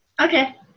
Okay